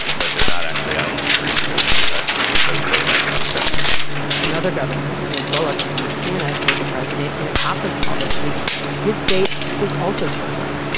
but they're not actually out on the streets. and and that's no state has enough testing another governor, steve bullock of montana, told the president in a conference call this week his state is also struggling